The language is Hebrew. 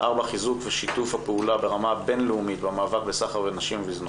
חיזוק ושיתוף הפעולה ברמה הבין-לאומית במאבק בסחר בנשים ובזנות.